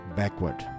backward